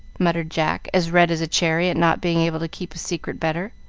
muttered jack, as red as a cherry at not being able to keep a secret better.